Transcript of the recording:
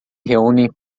reúnem